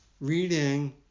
reading